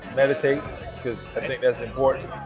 meditate because i think that's important.